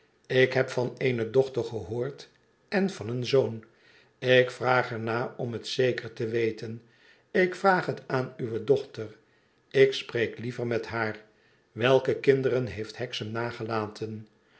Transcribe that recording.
ik heb van eene dochter gehoord en van een zoon ik vraag er naar om het zeker te weten ik vraag het aan uwe dochter ik spreek liever met haar welke kinderen heeft hexam nagelaten